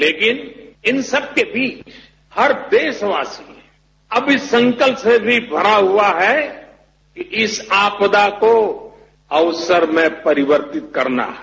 लेकिन इन सबके बीच हर देशवासो अब इस संकल्प से भी भरा हुआ है कि इस आपदा को अवसर में परिवर्तित करना है